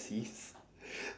Cs